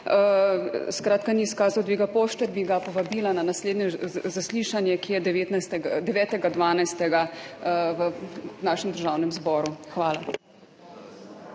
skratka, ni izkazal dviga pošte, bi ga povabila na naslednje zaslišanje, ki bo 9. 12. v Državnem zboru. Hvala.